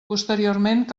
posteriorment